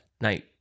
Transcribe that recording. night